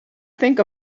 think